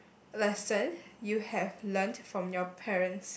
lesson you have learnt from your parents